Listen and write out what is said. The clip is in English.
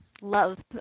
love